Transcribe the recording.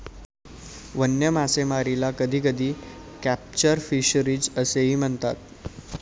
वन्य मासेमारीला कधीकधी कॅप्चर फिशरीज असेही म्हणतात